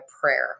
prayer